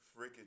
freaking